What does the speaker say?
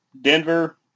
Denver